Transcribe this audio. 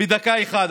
בדקה אחת,